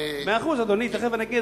מאה אחוז, אדוני, תיכף אני אגיד.